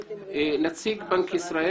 נציג בנק ישראל.